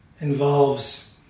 involves